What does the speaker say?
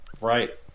Right